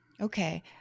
Okay